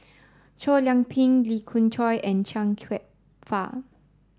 Chow Yian Ping Lee Khoon Choy and Chia Kwek Fah